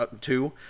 two